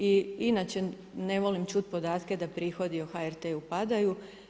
I inače ne volim čuti podatke da prihodi o HRT padaju.